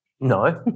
No